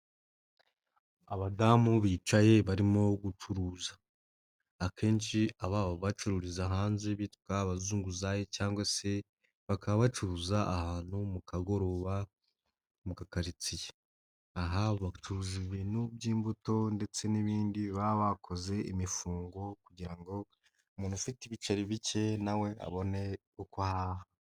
Abadamu bicaye barimo gucuruza akenshi aba bacururiza hanze bitwa abazunguzayi cyangwa se bakabacuruza ahantu mu kagoroba mu ka karitsiye. Aha bacuruza ibintu by'imbuto ndetse n'ibindi, baba bakoze imifungo kugira ngo umuntu ufite ibiceri bike nawe abone uko ahaha.